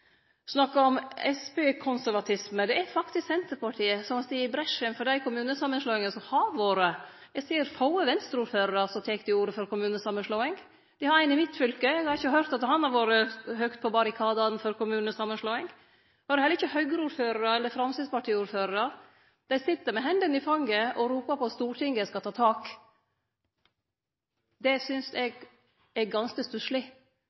snakka om Senterparti-konservatisme. Men det er faktisk Senterpartiet som har gått i bresjen for dei kommunesamanslåingane som har vore. Eg ser få Venstre-ordførarar som tek til orde for kommunesamanslåing. Me har ein i mitt fylke. Eg har ikkje høyrt at han har vore høgt på barrikadane for kommunesamanslåing. Det har heller ikkje Høgre-ordførarar eller Framstegsparti-ordførarar. Dei sit med hendene i fanget og ropar på at Stortinget skal ta tak. Det synest